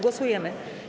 Głosujemy.